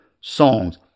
songs